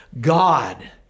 God